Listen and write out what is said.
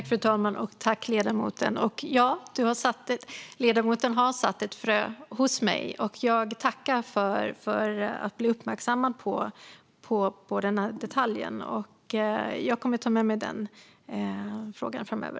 Fru talman! Ledamoten har sått ett frö hos mig. Jag tackar för att bli uppmärksammad på denna detalj. Jag kommer att ta med mig frågan framöver.